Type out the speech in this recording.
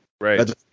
Right